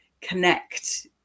connect